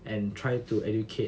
and try to educate